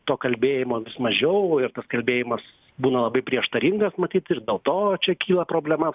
to kalbėjimo vis mažiau ir tas kalbėjimas būna labai prieštaringas matyt ir dėl to čia kyla problema